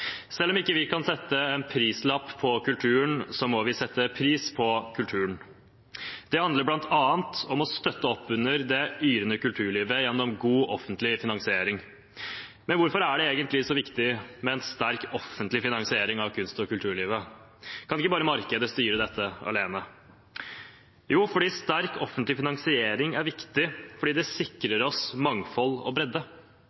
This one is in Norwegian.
Selv om vi ikke kan sette en prislapp på kulturen, må vi sette pris på kulturen. Det handler bl.a. om å støtte opp under det yrende kulturlivet gjennom god offentlig finansiering. Hvorfor er det egentlig så viktig med en sterk offentlig finansiering av kunst- og kulturlivet? Kan ikke markedet bare styre dette alene? En sterk offentlig finansiering er viktig fordi det